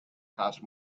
costs